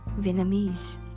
Vietnamese